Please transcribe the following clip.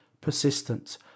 persistent